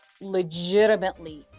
legitimately